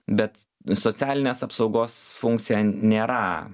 bet socialinės apsaugos funkcija nėra